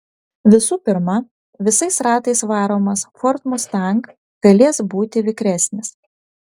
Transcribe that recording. visų pirma visais ratais varomas ford mustang galės būti vikresnis